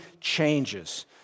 changes